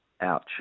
Ouch